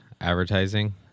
advertising